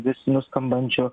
vis nuskambančių